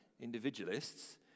individualists